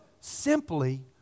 Simply